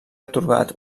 atorgat